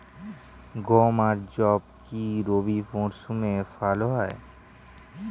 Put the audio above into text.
গম আর যব কি রবি মরশুমে ভালো হয়?